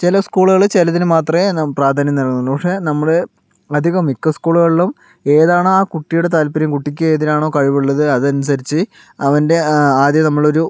ചില സ്കൂളുകൾ ചിലതിന് മാത്രമെ പ്രാധാന്യം നൽകുന്നുള്ളൂ പക്ഷെ നമ്മൾ അധികം മിക്ക സ്കൂളുകളിലും ഏതാണോ ആ കുട്ടിയുടെ താല്പര്യം കുട്ടിക്ക് ഏതിനാണോ കഴിവ് ഉള്ളത് അതനുസരിച്ച് അവൻ്റെ ആ ആദ്യം നമ്മളൊരു